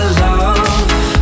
love